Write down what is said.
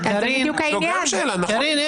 אתם קידמתם גם פה וגם במחקרים של פורום קהלת